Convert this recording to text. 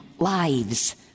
lives